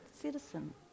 citizen